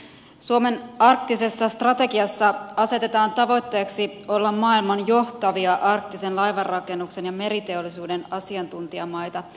suomen arktisessa strategiassa asetetaan tavoitteeksi olla maailman johtavia arktisen laivanrakennuksen ja meriteollisuuden asiantuntijamaita